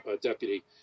deputy